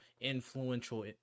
influential